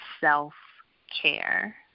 self-care